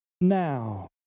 now